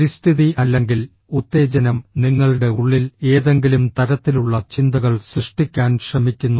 പരിസ്ഥിതി അല്ലെങ്കിൽ ഉത്തേജനം നിങ്ങളുടെ ഉള്ളിൽ ഏതെങ്കിലും തരത്തിലുള്ള ചിന്തകൾ സൃഷ്ടിക്കാൻ ശ്രമിക്കുന്നു